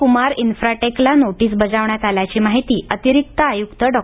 कुमार इन्फ्राटेकला नोटीस बजावण्यात आल्याची माहिती अतिरिक्त आयुक्त डॉ